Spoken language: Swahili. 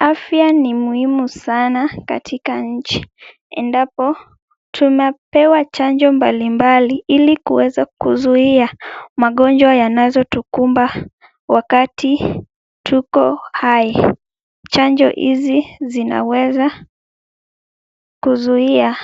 Afya ni muhimu sana katika nchi ,endapo tunapewa chanjo mbalimbali ili kuweza kuzuia magonjwa yanazotukumba wakati tuko hai ,chanjo hizi zinaweza kuzuia